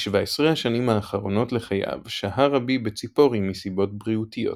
ב-17 השנים האחרונות לחייו שהה רבי בציפורי מסיבות בריאותיות.